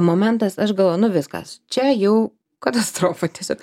momentas aš galvojau nu viskas čia jau katastrofa tiesiog